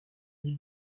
dit